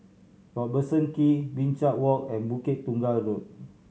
Robertson Quay Binchang Walk and Bukit Tunggal Road